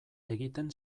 egiten